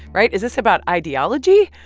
right? is this about ideology,